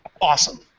Awesome